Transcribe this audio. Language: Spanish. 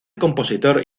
compositor